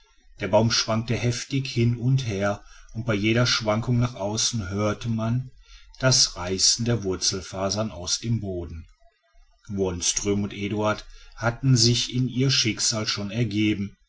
der baum schwankte heftig hin und her und bei jeder schwankung nach außen hörte man das reißen der wurzelfasern aus dem boden wonström und eduard hatten sich in ihr schicksal schon ergeben